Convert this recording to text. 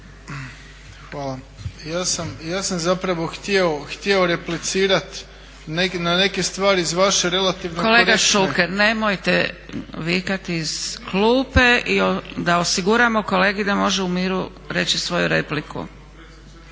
Hvala. Ja sam zapravo htio replicirati na neke stvari iz vaše relativno korektnu … **Zgrebec, Dragica (SDP)** Kolega Šuker nemojte vikati iz klupe, da osiguramo kolegi da može u miru reći svoju repliku.